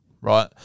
Right